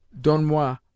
donne-moi